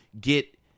get